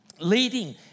leading